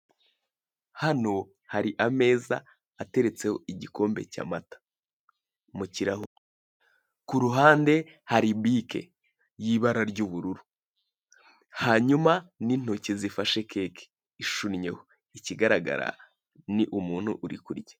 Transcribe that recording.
Hano hari ameza ateretseho igikombe cy'amata mu kirahure. Ku ruhande hari bike y'ibara ry'ubururu, hanyuma n'intoki zifashe keke ishunnyeho ikigaragara ni umuntu uri kurya.